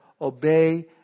Obey